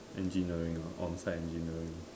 engineering ah on site engineering